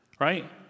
right